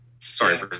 sorry